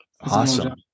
Awesome